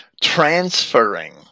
transferring